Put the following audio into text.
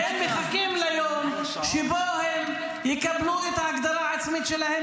-- והם מחכים ליום שבו הם יקבלו את ההגדרה העצמית שלהם,